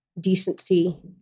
decency